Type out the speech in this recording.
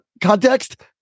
context